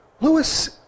Lewis